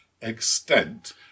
extent